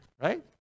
right